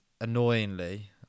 annoyingly